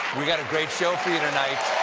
we've got a great show for you tonight.